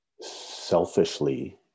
selfishly